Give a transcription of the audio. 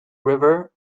river